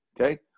Okay